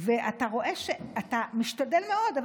אתה משתדל מאוד,